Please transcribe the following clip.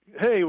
Hey